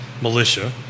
militia